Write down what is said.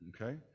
okay